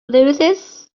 louses